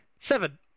seven